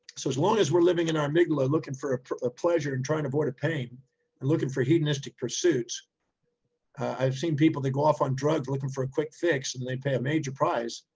so as long as we're living in our amygdala, looking for a for a pleasure and trying to avoid a pain and looking for hedonistic pursuits i've seen people that go off on drugs looking for a quick fix and they pay a major price.